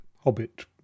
hobbit